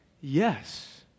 Yes